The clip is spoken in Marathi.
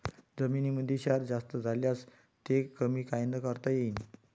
जमीनीमंदी क्षार जास्त झाल्यास ते कमी कायनं करता येईन?